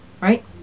right